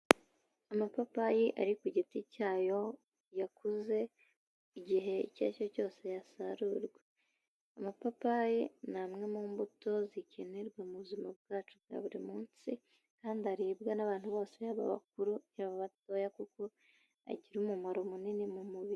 Amapapayi ari ku giti cyayo yakuze igihe icyo ari cyo cyose yasarurwa, amapapayi ni amwe mu mbuto zikenerwa mu buzima bwacu bwa buri munsi kandi aribwa n'abantu bose yaba abakuru yaba abatoya kuko agira umumaro munini mu mubiri.